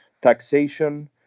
taxation